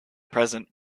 present